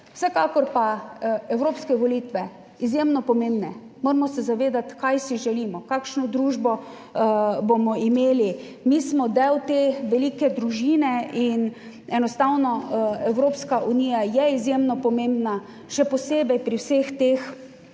vsekakor pa evropske volitve, izjemno pomembne, moramo se zavedati, kaj si želimo, kakšno družbo. Bomo imeli, mi smo del te velike družine in enostavno, Evropska unija je izjemno pomembna, še posebej pri vseh teh